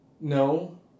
No